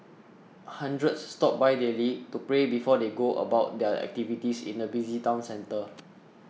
hundreds stop by daily to pray before they go about their activities in the busy town centre